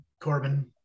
Corbin